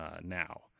now